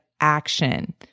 action